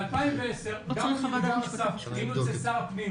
ב-2010 גם אני וגם אסף היינו אצל שר הפנים